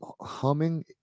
humming